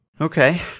Okay